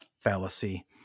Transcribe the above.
fallacy